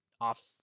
off